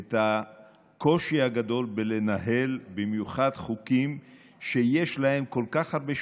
את הקושי הגדול בלנהל במיוחד חוקים שיש להם כל כך הרבה שותפים,